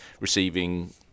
receiving